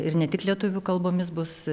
ir ne tik lietuvių kalbomis bus